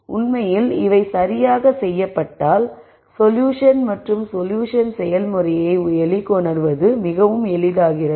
உண்மையில் இவை சரியாக செய்யப்பட்டால் சொல்யூஷன் மற்றும் சொல்யூஷன் செயல்முறையை வெளிக்கொணர்வது மிகவும் எளிதாகிறது